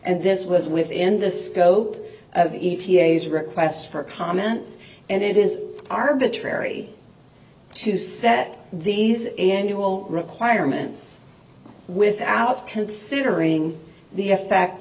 and this was within the scope of the e p a s requests for comments and it is arbitrary to say that these annual requirements without considering the effect